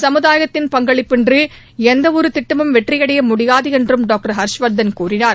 சமுதாயத்தின் பங்களிப்பின்றி எந்தவொரு திட்டமும் வெற்றியடைய முடியாது என்றும் டாக்டர் ஹர்ஷ்வர்தன் கூறினார்